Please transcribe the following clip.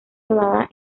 rodada